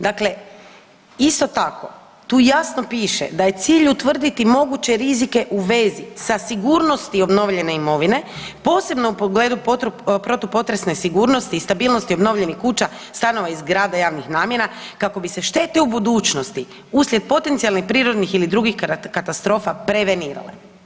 Dakle, isto tako tu jasno piše da je cilj utvrditi moguće rizike u vezi sa sigurnosti obnovljene imovine, posebno u pogledu protupotresne sigurnosti i stabilnosti obnovljenih kuća, stanova i zgrada javnih namjena kako bi se štete u budućnosti uslijed potencijalnih prirodnih ili drugih katastrofa prevenirale.